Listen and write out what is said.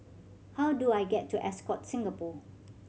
how do I get to Ascott Singapore